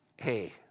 Hey